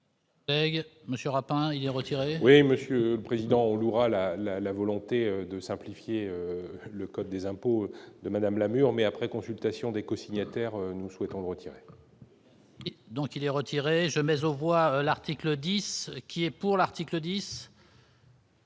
Monsieur le Président ou lourd à la la la volonté de simplifier le code des impôts de madame Lamure mais après consultation des cosignataires nous souhaitons retirer. Donc il est retiré jamais au voir l'article 10 qui est pour l'article 10.